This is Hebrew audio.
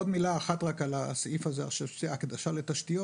עוד מילה אחת על הסעיף הזה של הקדשה לתשתיות,